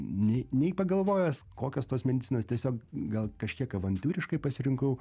nei nei pagalvojęs kokios tos medicinos tiesiog gal kažkiek avantiūriškai pasirinkau